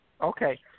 Okay